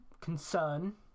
concern